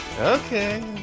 Okay